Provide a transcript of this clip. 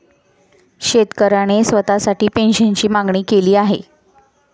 शेतकऱ्याने स्वतःसाठी पेन्शनची मागणी केली आहे